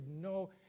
no